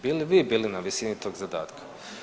Bi li vi bili na visini tog zadatka?